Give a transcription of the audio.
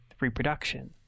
reproduction